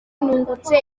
nungutse